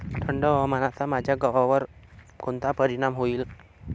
थंड हवामानाचा माझ्या गव्हावर कोणता परिणाम होईल?